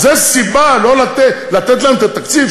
אז זו סיבה לתת להם את התקציב?